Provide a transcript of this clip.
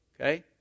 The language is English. okay